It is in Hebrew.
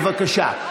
בבקשה.